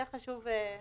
חשוב להגיד את זה.